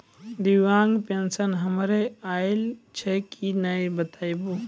दिव्यांग पेंशन हमर आयल छै कि नैय बताबू?